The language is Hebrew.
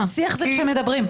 שיח זה כשמדברים.